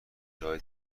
ارائه